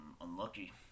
Unlucky